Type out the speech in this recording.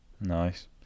nice